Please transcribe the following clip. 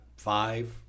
five